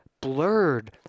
blurred